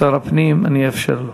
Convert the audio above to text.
שר הפנים, אני אאפשר לו.